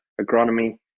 agronomy